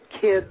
kids